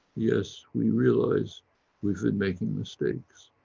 yes, we realise we've been making mistakes.